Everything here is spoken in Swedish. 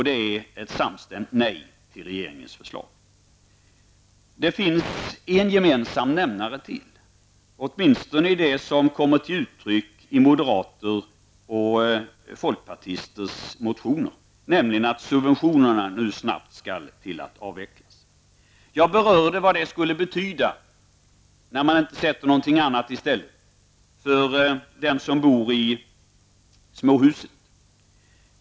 Det är ett samstämmigt nej till regeringens förslag. Det finns en gemensam nämnare till, åtminstone i det som kommer till uttryck i moderaternas och folkpartisternas motioner, nämligen att subventionerna snabbt skall avvecklas. Jag berörde vad det skulle betyda för dem som bor i småhus, när man inte sätter någonting annat i stället.